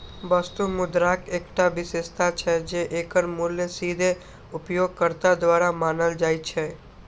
वस्तु मुद्राक एकटा विशेषता छै, जे एकर मूल्य सीधे उपयोगकर्ता द्वारा मानल जाइ छै